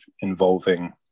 involving